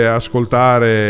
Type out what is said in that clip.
ascoltare